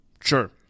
Sure